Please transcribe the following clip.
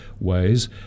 ways